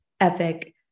epic